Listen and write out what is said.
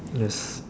yes